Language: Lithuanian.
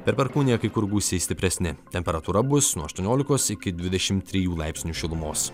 per perkūniją kai kur gūsiai stipresni temperatūra bus nuo aštuoniolikos iki dvidešimt trijų laipsnių šilumos